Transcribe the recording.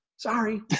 Sorry